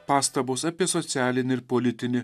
pastabos apie socialinį ir politinį